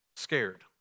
scared